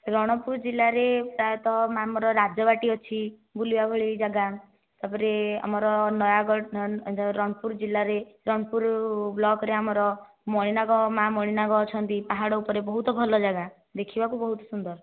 ରଣପୁର ଜିଲ୍ଲାରେ ପ୍ରାୟତଃ ଆମର ରାଜବାଟୀ ଅଛି ବୁଲିବା ଭଳି ଜାଗା ତାପରେ ଆମର ନୟାଗଡ଼ ରଣପୁର ଜିଲ୍ଲାରେ ରଣପୁର ବ୍ଲକ ରେ ଆମର ମଣିନାଗ ମାଆ ମଣିନାଗ ଅଛନ୍ତି ପାହାଡ଼ ଉପରେ ବହୁତ ଭଲ ଜାଗା ଦେଖିବାକୁ ବହୁତ ସୁନ୍ଦର